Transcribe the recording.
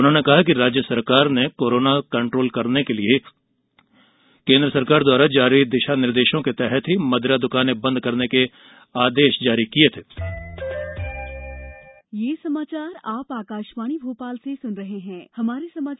उन्होंने कहा कि राज्य सरकार द्वारा कोरोना कंन्ट्रोल करने के लिए केन्द्र सरकार द्वारा जारी निर्देशों के तहत मदिरा दुकानें बंद करने के आदेश जारी किये गये थे